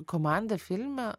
komanda filme